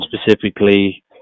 specifically